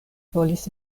volis